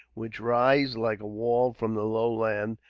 which rise like a wall from the low land,